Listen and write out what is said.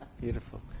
Beautiful